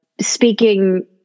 speaking